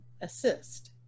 assist